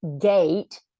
gate